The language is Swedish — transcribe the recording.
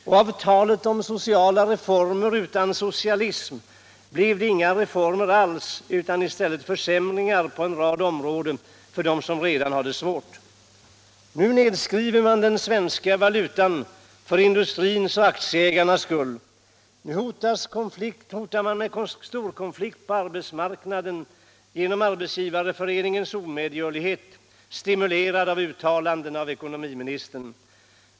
Och av talet om sociala reformer utan socialism blev det inga reformer alls utan i stället försämringar på en rad områden för dem som redan har det svårt. Nu nedskriver man den svenska valutan — för industrins och aktieägarnas skull. Nu hotar storkonflikt på arbetsmarknaden genom Arbetsgivareföreningens omedgörlighet, stimulerad av uttalanden av ekonomiministern.